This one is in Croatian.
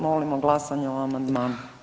Molimo glasanje o amandmanu.